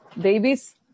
babies